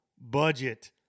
budget